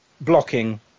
blocking